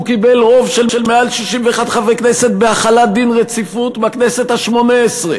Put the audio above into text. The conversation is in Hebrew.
הוא קיבל רוב של מעל 61 חברי כנסת בהחלת דין רציפות בכנסת השמונה-עשרה.